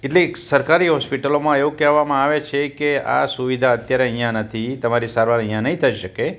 એટલે સરકારી હોસ્પિટલોમાં એવું કેવામાં આવે છે કે આ સુવિધા અત્યારે અહીંયાં નથી તમારી સારવાર અહીંયાં નહીં થઈ શકે